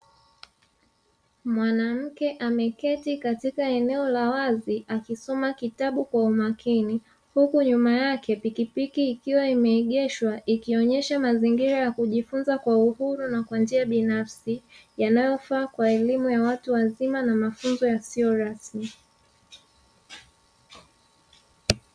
Mwanamke ameketi katika eneo la wazi akisoma kitabu kwa umakini, huku nyuma yake pikipiki ikiwa imeegeshwa ikionyesha mazingira ya kujifunza kwa uhuru na kwa njia binafsi, yanayofaa kwa elimu ya watu wazima na mafunzo yasiyo rasmi.